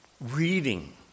reading